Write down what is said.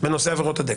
בנושא עבירות הדגל,